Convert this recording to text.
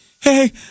Hey